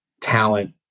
talent